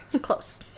Close